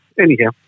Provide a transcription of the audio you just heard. Anyhow